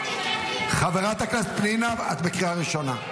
חברת הכנסת פנינה, את בקריאה ראשונה.